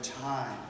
time